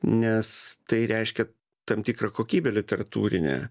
nes tai reiškia tam tikrą kokybę literatūrinę